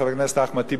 חבר הכנסת אחמד טיבי,